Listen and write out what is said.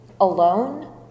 alone